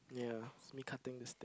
yeah it's me cutting the steak